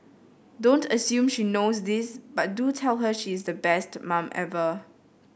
don't assume she knows this but do tell her she is the best mum ever